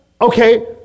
Okay